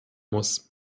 muss